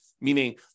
meaning